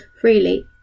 freely